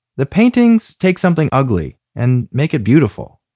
the paintings take something ugly and make it beautiful.